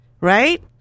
Right